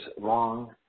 wrong